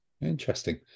interesting